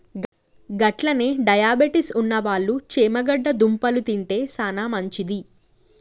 గట్లనే డయాబెటిస్ ఉన్నవాళ్ళు చేమగడ్డ దుంపలు తింటే సానా మంచిది